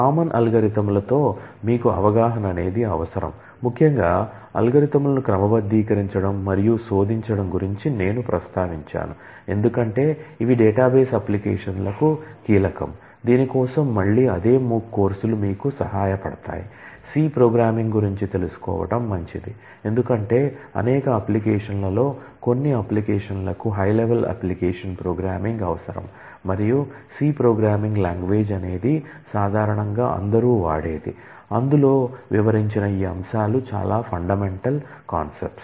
common అల్గోరిథంలతో concepts